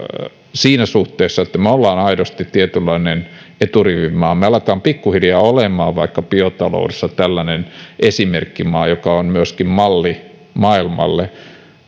siinä suhteessa me me olemme aidosti tietynlainen eturivin maa ja me alamme pikkuhiljaa olemaan vaikkapa biotaloudessa tällainen esimerkkimaa joka on myöskin malli maailmalle